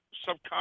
subconscious